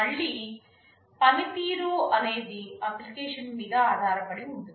మళ్ళీ పనితీరు అనేది అప్లికేషన్ మీద ఆధారపడి ఉంటుంది